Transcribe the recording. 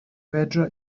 fedra